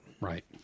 Right